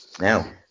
now